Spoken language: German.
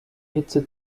hitze